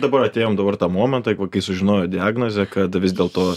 dabar atėjom dabar tą momentą kai sužinojo diagnozę kad vis dėlto